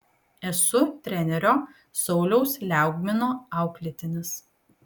esu trenerio sauliaus liaugmino auklėtinis